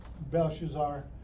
Belshazzar